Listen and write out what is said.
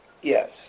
Yes